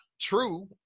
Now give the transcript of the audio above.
True